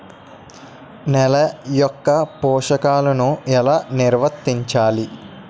నెల యెక్క పోషకాలను ఎలా నిల్వర్తించాలి